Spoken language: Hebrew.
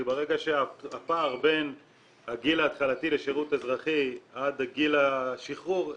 וברגע שהפער בין הגיל ההתחלתי לשירות אזרחי עד גיל השחרור,